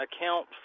account